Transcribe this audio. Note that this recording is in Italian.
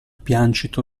piancito